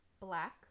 black